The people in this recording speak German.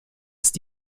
ist